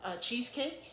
cheesecake